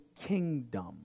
kingdom